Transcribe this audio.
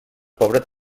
pebrot